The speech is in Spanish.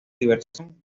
diversión